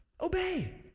Obey